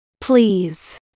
Please